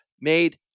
made